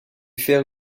faire